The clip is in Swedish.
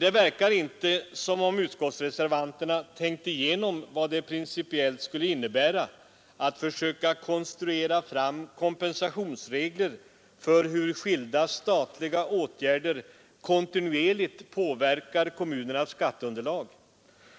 Det verkar inte som om reservanterna tänkt igenom vad det principiellt skulle innebära att försöka konstruera fram kompensationsregler i fråga om hur skilda statliga åtgärder kontinuerligt påverkar kommunernas skatteunderlag.